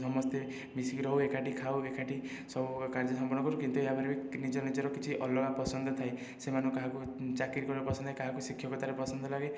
ସମସ୍ତେ ମିଶିକି ରହୁ ଏକାଠି ଖାଉ ଏକାଠି ସବୁ କାର୍ଯ୍ୟ ସମ୍ପନ୍ନ କରୁ କିନ୍ତୁ ଏହା ପରେ ବି ନିଜ ନିଜର କିଛି ଅଲଗା ପସନ୍ଦ ଥାଏ ସେମାନେ କାହାକୁ ଚାକିରୀ କରିବାକୁ ପସନ୍ଦ ଲାଗେ କାହାକୁ ଶିକ୍ଷକତା ପସନ୍ଦ ଲାଗେ